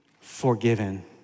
forgiven